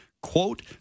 quote